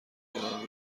کردم